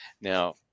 Now